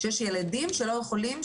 שיש ילדים שלא יכולים,